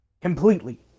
completely